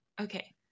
okay